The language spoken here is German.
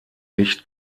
nicht